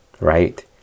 right